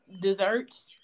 desserts